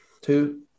Two